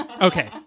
Okay